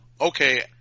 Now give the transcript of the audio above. okay